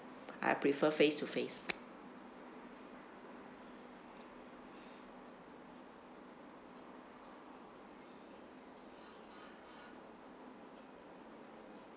I prefer face to face